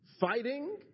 fighting